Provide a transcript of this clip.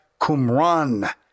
Qumran